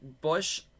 Bush